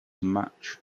match